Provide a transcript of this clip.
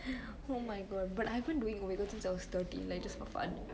oh my god but I have been doing omeagle since I was thirteen just for fun